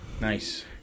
Nice